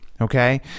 Okay